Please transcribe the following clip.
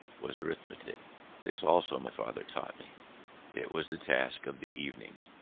was arithmetic this also my father taught me it was the task of the evenings,